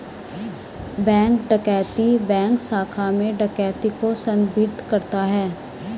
bank डकैती bank शाखा में डकैती को संदर्भित करता है